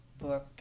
book